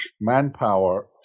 manpower